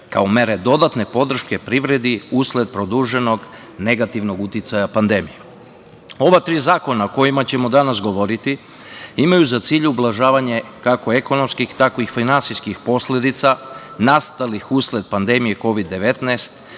kao mere dodatne podrške privredi usled produženog negativnog uticaja pandemije. Ova tri zakona o kojim ćemo danas govoriti imaju za cilj ublažavanje kako ekonomskih, tako i finansijskih posledica nastalih usled pandemije Kovid-19,